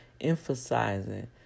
emphasizing